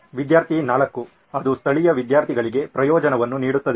ವಿದ್ಯಾರ್ಥಿ 4 ಅದು ಸ್ಥಳೀಯ ವಿದ್ಯಾರ್ಥಿಗಳಿಗೆ ಪ್ರಯೋಜನವನ್ನು ನೀಡುತ್ತದೆ